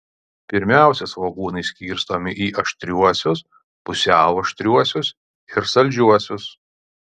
pirmiausia svogūnai skirstomi į aštriuosius pusiau aštriuosius ir saldžiuosius